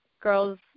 girls